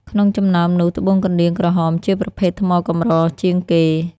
ក្នុងចំណោមនោះត្បូងកណ្តៀងក្រហម ជាប្រភេទថ្មកម្រជាងគេ។